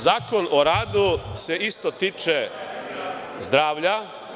Zakon o radu se isto tiče zdravlja.